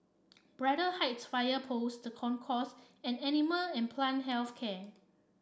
Braddell Heights Fire Post The Concourse and Animal and Plant Health Care